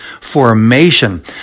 formation